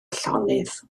llonydd